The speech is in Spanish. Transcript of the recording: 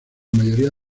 mayoría